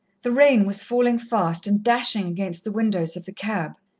the rain was falling fast, and dashing against the windows of the cab.